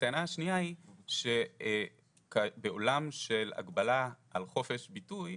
הטענה השנייה, בעולם של הגבלה על חופש ביטוי,